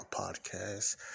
podcast